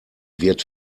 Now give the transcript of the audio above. wird